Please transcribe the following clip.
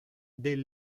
del